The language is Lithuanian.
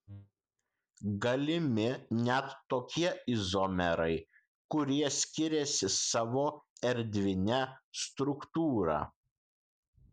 galimi net tokie izomerai kurie skiriasi savo erdvine struktūra